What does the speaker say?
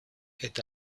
est